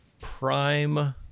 Prime